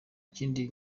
kindi